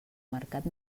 mercat